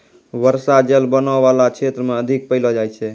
बर्षा जल बनो बाला क्षेत्र म अधिक पैलो जाय छै